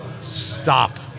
Stop